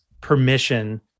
permission